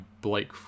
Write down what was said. Blake